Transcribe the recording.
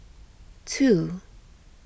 two